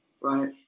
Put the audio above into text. right